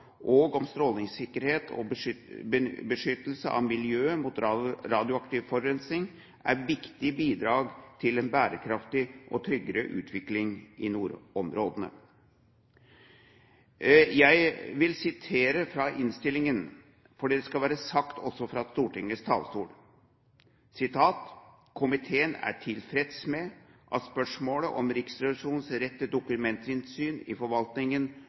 og om strålingssikkerhet og beskyttelse av miljøet mot radioaktiv forurensning, er viktige bidrag til en bærekraftig og tryggere utvikling i nordområdene. Jeg vil sitere fra innstillingen, fordi det skal være sagt også fra Stortingets talerstol: «Komiteen er tilfreds med at spørsmålet om Riksrevisjonens rett til dokumentinnsyn i forvaltningen